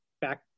back